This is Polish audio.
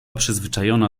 przyzwyczajona